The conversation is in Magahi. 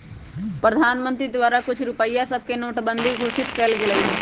प्रधानमंत्री द्वारा कुछ रुपइया सभके नोटबन्दि घोषित कएल गेलइ